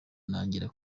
ntangira